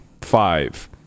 five